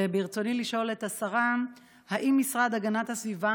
ברצוני לשאול את השרה: 1. האם המשרד להגנת הסביבה